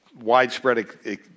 widespread